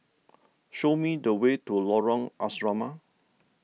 show me the way to Lorong Asrama